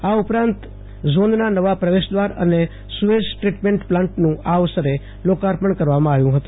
આ ઉપરાંત ઝોનના નવા પ્રવેશદ્વાર અને સુએઝ ટ્રીટમેન્ટ પ્લાન્ટનું આ અવસરે લોકાર્પણ કરવામાં આવ્યું હતું